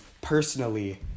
personally